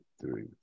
three